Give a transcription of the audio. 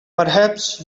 perhaps